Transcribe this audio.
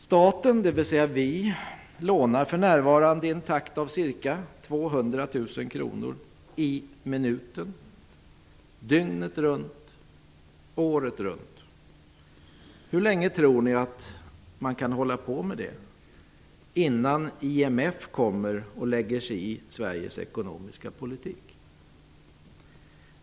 Staten, dvs. vi, lånar för närvarande i en takt av ca Hur länge tror ni att man kan hålla på med det innan IMF kommer och lägger sig i Sveriges ekonomiska politik?